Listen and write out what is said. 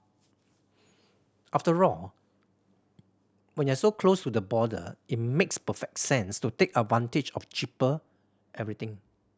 after all when you're so close to the border it makes perfect sense to take advantage of cheaper everything